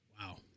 Wow